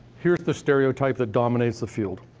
here is the stereotype that dominates the field